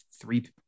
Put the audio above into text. three